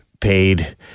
paid